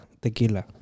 tequila